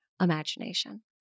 imagination